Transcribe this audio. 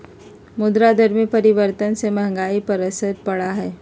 मुद्रा दर में परिवर्तन से महंगाई पर असर पड़ा हई